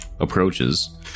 approaches